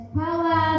power